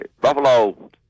Buffalo